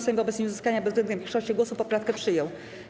Sejm wobec nieuzyskania bezwzględnej większości głosów poprawkę przyjął.